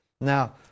now